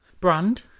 Brand